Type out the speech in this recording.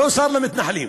לא שר למתנחלים,